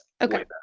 okay